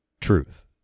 truth